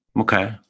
Okay